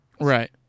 Right